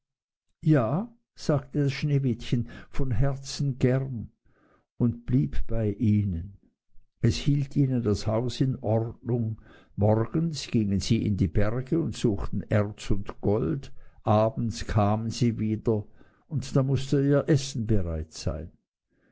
ja sagte sneewittchen von herzen gern und blieb bei ihnen es hielt ihnen das haus in ordnung morgens gingen sie in die berge und suchten erz und gold abends kamen sie wieder und da mußte ihr essen bereit sein